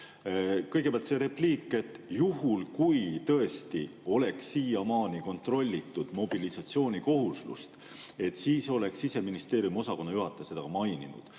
Kõigepealt repliik: juhul kui tõesti oleks siiamaani kontrollitud mobilisatsioonikohuslust, siis oleks Siseministeeriumi osakonnajuhataja seda maininud.